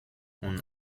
und